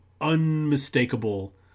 unmistakable